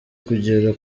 kugera